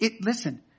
listen